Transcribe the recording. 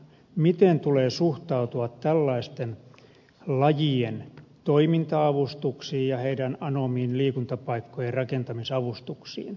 miten tulee suhtautua tällaisten lajien toiminta avustuksiin ja heidän anomiinsa liikuntapaikkojen rakentamisavustuksiin